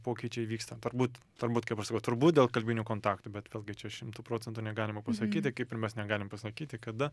pokyčiai vyksta turbūt turbūt kaip aš sakau turbūt dėl kalbinių kontaktų bet vėlgi čia šimtu procentų negalima pasakyti kaip ir mes negalim pasakyti kada